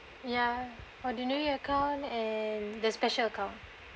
ya for the newly account and the special account